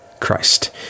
Christ